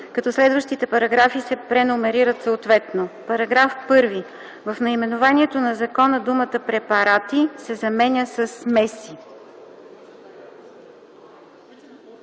като следващите параграфи се преномерират съответно: „§ 1. В наименованието на закона думата „препарати” се заменя със